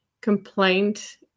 complaint